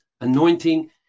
anointing